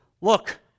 look